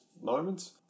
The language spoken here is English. moments